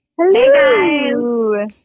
hello